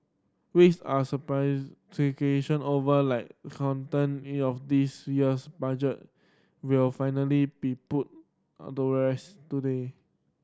weeks are surprise over like content it of this year's budget will finally be put rest today